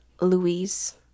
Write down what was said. Louise